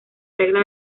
regla